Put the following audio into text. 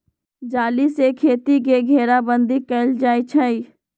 जाली से खेती के घेराबन्दी कएल जाइ छइ